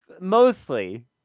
Mostly